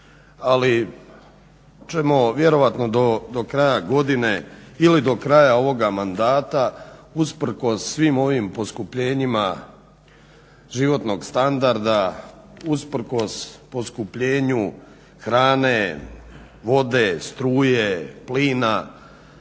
ali ćemo vjerojatno do kraja godine ili do kraja ovog mandata usprkos svim ovim poskupljenjima životnog standarda, usprkos poskupljenju hrane, vode, struje, plina